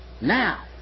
now